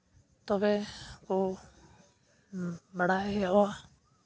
ᱛᱚᱵᱮ ᱠᱚ ᱵᱟᱲᱟᱭᱚᱜᱼᱟ